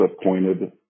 appointed